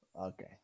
Okay